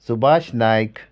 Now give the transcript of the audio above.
Subhash Naik